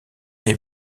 est